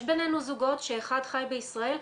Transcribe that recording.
יש בינינו זוגות שאחד חי בישראל,